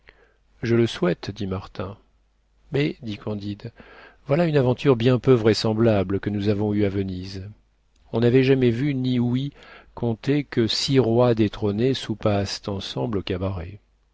je le souhaite dit martin mais dit candide voilà une aventure bien peu vraisemblable que nous avons eue à venise on n'avait jamais vu ni ouï conter que six rois détrônés soupassent ensemble au cabaret